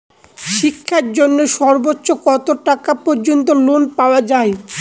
শিক্ষার জন্য সর্বোচ্চ কত টাকা পর্যন্ত লোন পাওয়া য়ায়?